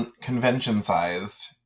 convention-sized